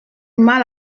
mal